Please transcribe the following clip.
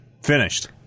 Finished